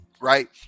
right